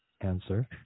answer